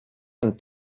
and